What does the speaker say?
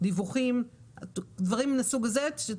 דיווחים ודברים מסוג זה.